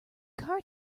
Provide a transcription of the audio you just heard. car